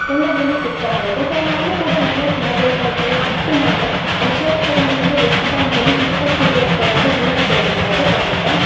ಎಲ್ಲದರಲ್ಲೂ ಸಿಕ್ತಾ ಹೋಗತ್ತೆ ಸೊ ನಾನು ಕೂಡ ಇನ್ವೆಸ್ಟ್ ಮಾಡಬೇಕು ಅಂತೇಳಿ ಫಸ್ಟು ನಾನು ಶೇರ್ಸ್ ತಗೊಂಡಿದ್ದು ಅಂದರೆ ಎಸ್ ಬ್ಯಾಂಕಲ್ಲಿ ಇಪ್ಪತ್ತು ಶೇರ್ಸ್ ತಗೊಂಡೆ ಮೂವತ್ತು ಎರಡು ರೂಪಾಯಿಗೆ ತಗೊಂಡೆ